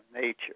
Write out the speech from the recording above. nature